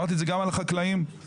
אמרתי את זה גם על החקלאים שמגדלים